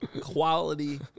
quality